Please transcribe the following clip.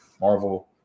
marvel